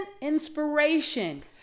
inspiration